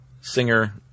singer